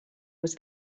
was